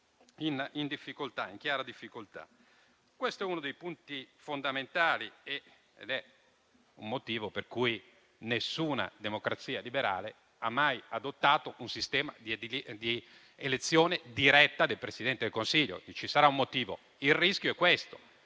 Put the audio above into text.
di essere messa in chiara difficoltà. Questo è uno dei punti fondamentali ed è un motivo per cui nessuna democrazia liberale ha mai adottato un sistema di elezione diretta del Presidente del Consiglio. Il rischio è questo: